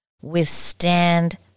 withstand